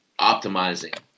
optimizing